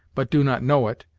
but do not know it,